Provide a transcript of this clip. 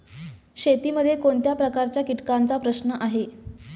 शेतीमध्ये कोणत्या प्रकारच्या कीटकांचा प्रश्न आहे?